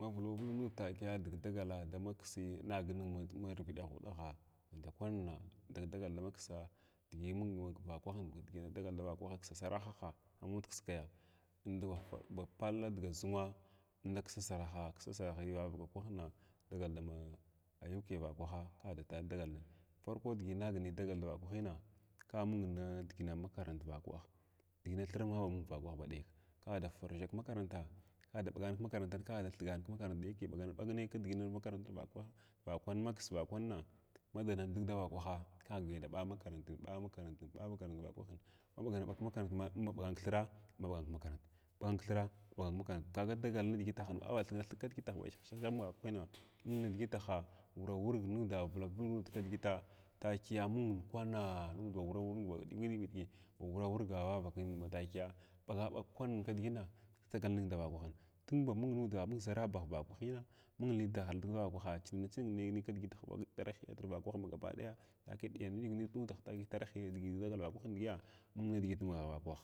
Mavulwa vulg nu takiya dig dagala damaksi naganiga marviɗ machudagha nda kwanna digdagaldamaksa digi mung valarahin dagal davakwahin ksa sarajij a mud kiskaya ba pall dga zunnwa inda ksa saraha ksa saraha vavaka kwahna dagal dama UK vakwaha kada ta dagal farko digi innagnay davakwahin ka mung nidigin mung makaranta vakwahin digina thir mung vakwahin ba ɗek ka ba da farʒha ki makaranta ada ɓagan ki makaranta ku aghda ka ada thigan thimakaran dagake ɓagana ɓag nay kidiʒin makarant vakwah vakwan maksa vankwanna ma danal dig da vakwah keda ɓa makatantun ɓa makarantin ɓa makaranta vakwah ma ɓagana ɓag kmakarantma ɓa inba ɓagan kthiraa anɓagan makaranta ɓagan kthina ɓagan kmakarant kaga dagal nidiʒ ahin a thikai thig kidigitah ba shahshahshah vakwahina mung nidigitah wuvak wurg nudaa vulak vulg nud kidigita takiya mungkuma ba wuruk wurg nmd baɗum nidigi ba wurak wurg nvch vavaki ma takiya ɓagabaga kwan kidigina dagal ning da vakwahin tun ba mung nudaa mung ʒarabah vakwahinn mung li dalar dig davakwaha chingana ching nay kidigit tariyatr vakwahin ba gaba kidaya takiya diyana ɗiya nuda takiya tarihiya digi dagal vakwaa digiya mung nidiʒi marakwah